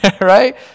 right